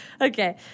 Okay